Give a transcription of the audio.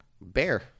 Bear